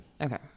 Okay